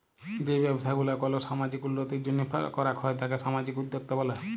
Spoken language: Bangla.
যেই ব্যবসা গুলা কল সামাজিক উল্যতির জন্হে করাক হ্যয় তাকে সামাজিক উদ্যক্তা ব্যলে